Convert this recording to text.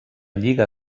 lliga